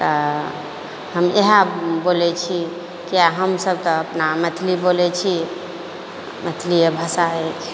तऽ हम इएह बोलय छी किया हम सभ तऽ अपना मैथिली बोलय छी मैथलियै भाषा अछि